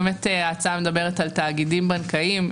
ההצעה מדברת על תאגידים בנקאיים.